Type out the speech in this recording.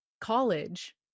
college